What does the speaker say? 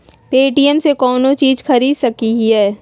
Paytm से कौनो चीज खरीद सकी लिय?